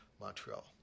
Montreal